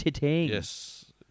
Yes